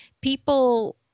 People